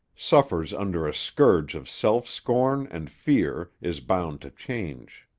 suffers under a scourge of self-scorn and fear, is bound to change.